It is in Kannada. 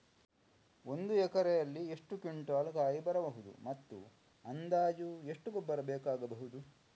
ಒಂದು ಎಕರೆಯಲ್ಲಿ ಎಷ್ಟು ಕ್ವಿಂಟಾಲ್ ಕಾಯಿ ಬರಬಹುದು ಮತ್ತು ಅಂದಾಜು ಎಷ್ಟು ಗೊಬ್ಬರ ಬೇಕಾಗಬಹುದು?